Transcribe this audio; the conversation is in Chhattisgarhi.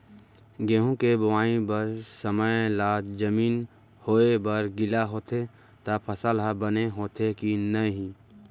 गेहूँ के बोआई बर समय ला जमीन होये बर गिला होथे त फसल ह बने होथे की नही?